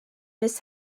miss